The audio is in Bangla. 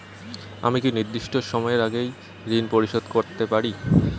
আমি কি নির্দিষ্ট সময়ের আগেই ঋন পরিশোধ করতে পারি?